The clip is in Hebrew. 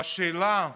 והשאלה: